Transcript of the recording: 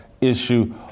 issue